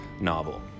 novel